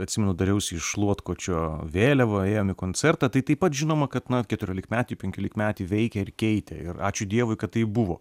atsimenu dariausi iš šluotkočio vėliavą ėjom į koncertą tai taip pat žinoma kad na keturiolikmetį penkiolikmetį veikė ir keitė ir ačiū dievui kad taip buvo